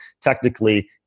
technically